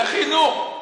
זה חינוך.